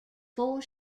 four